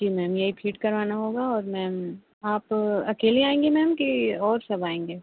जी ma'am यही feed करवाना होगा और मैम आप अकेले आएँगी मैम कि और सब आएँगे